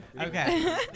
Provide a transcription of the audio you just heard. Okay